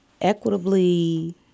equitably